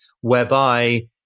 whereby